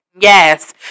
Yes